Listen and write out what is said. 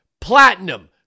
platinum